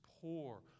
poor